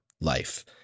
life